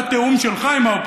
אני קורא אותך לסדר פעם ראשונה.